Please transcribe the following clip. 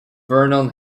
vernon